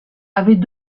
avait